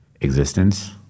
existence